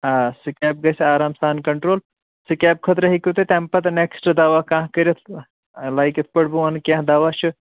آ سِکیب گژھِ آرام سان کنٹرول سِکیب خأطرٕ ہیٚکِو تُہۍ تٔمہِ پتہٕ نیٚکسٹ دوا کانٛہہ کٔرِتھ لایِک یِتھٕ پٲٹھۍ بہٕ ونہٕ کیٚنٛہہ دوا چھِ